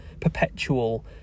perpetual